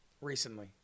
recently